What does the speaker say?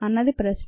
అన్నది ప్రశ్న